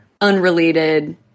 unrelated